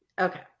Okay